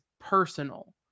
personal